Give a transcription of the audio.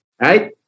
right